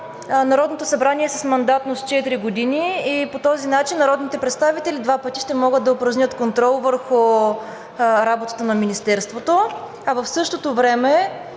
Народното събрание е с мандатност четири години и по този начин народните представители два пъти ще могат да упражнят контрол върху работата на Министерството, а в същото време